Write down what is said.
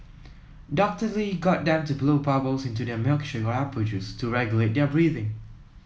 Doctor Lee got them to blow bubbles into their milkshake or apple juice to regulate their breathing